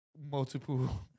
multiple